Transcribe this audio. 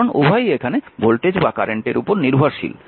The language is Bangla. কারণ উভয়ই এখানে ভোল্টেজ বা কারেন্টের উপর নির্ভরশীল